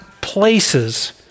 places